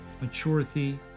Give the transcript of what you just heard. maturity